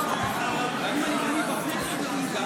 נגד